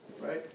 right